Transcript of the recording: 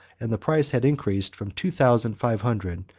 and the price had increased from two thousand five hundred,